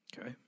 Okay